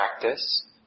practice